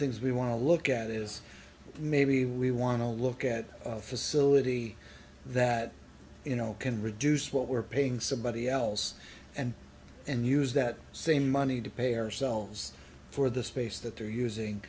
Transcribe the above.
things we want to look at is maybe we want to look at a facility that you know can reduce what we're paying somebody else and and use that same money to pay ourselves for the space that they're using